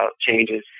changes